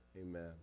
amen